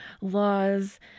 laws